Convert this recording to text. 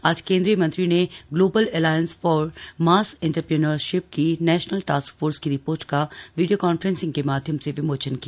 आज केंद्रीय मंत्री ने global alliance for mass entrepreneurship की नेशनल टास्क फोर्स की रिपोर्ट का वीडियो कान्फ्रेंसिंग के माध्यम से विमोचन किया